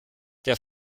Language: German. der